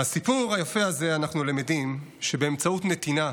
מהסיפור היפה הזה אנחנו למדים שבאמצעות נתינה,